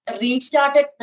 restarted